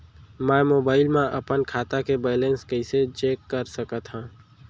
मैं मोबाइल मा अपन खाता के बैलेन्स कइसे चेक कर सकत हव?